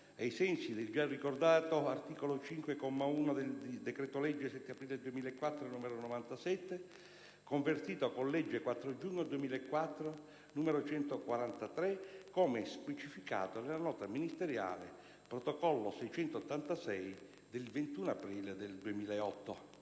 ai sensi del già ricordato articolo 5, comma 1, del decreto-legge 7 aprile 2004, n. 97, convertito con legge 4 giugno 2004, n. 143, come specificato nella nota ministeriale, protocollo n. 686 del 21 aprile 2008.